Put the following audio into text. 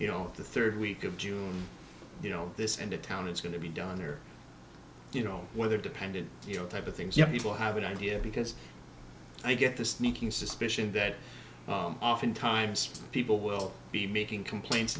you know the rd week of june you know this end of town it's going to be done here you know weather dependent you know type of things you people have an idea because i get the sneaking suspicion that oftentimes people will be making complaints